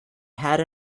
head